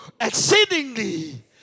exceedingly